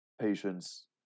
patience